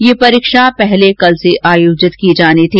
यह परीक्षा पहले कल से आयोजित की जानी थी